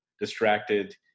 distracted